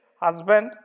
husband